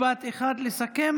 משפט אחד לסיכום.